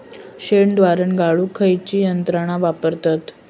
शेणद्रावण गाळूक खयची यंत्रणा वापरतत?